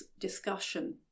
discussion